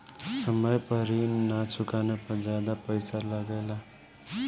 समय पर ऋण ना चुकाने पर ज्यादा पईसा लगेला?